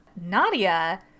Nadia